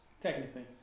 Technically